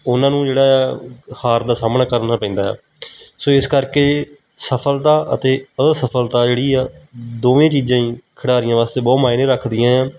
ਉਹਨਾਂ ਨੂੰ ਜਿਹੜਾ ਆ ਹਾਰ ਦਾ ਸਾਹਮਣਾ ਕਰਨਾ ਪੈਂਦਾ ਆ ਸੋ ਇਸ ਕਰਕੇ ਸਫਲਤਾ ਅਤੇ ਅਸਫਲਤਾ ਜਿਹੜੀ ਆ ਦੋਵੇਂ ਚੀਜ਼ਾਂ ਹੀ ਖਿਡਾਰੀਆਂ ਵਾਸਤੇ ਬਹੁਤ ਮਾਇਨੇ ਰੱਖਦੀਆਂ ਆ